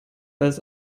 als